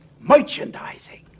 Merchandising